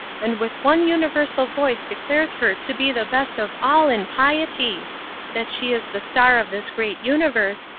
and with one universal voice declares her to be the best of all in piety that she is the star of this great universe,